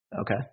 Okay